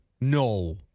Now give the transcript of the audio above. No